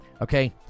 okay